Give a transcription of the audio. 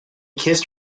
kissed